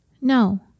No